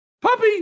Puppy